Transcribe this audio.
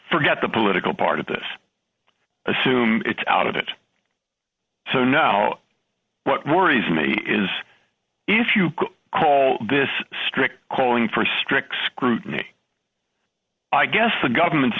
forget the political part of this assume out of it to know what worries me is if you call this strict calling for strict scrutiny i guess the government's